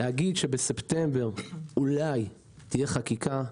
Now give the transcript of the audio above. להגיד שבספטמבר אולי תהיה חקיקה,